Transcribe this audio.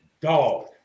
dog